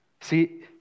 See